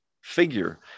figure